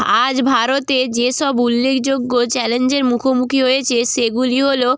আজ ভারতে যেসব উল্লেখযোগ্য চ্যালেঞ্জের মুখোমুখি হয়েছে সেগুলি হলো